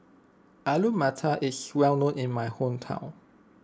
Alu Matar is well known in my hometown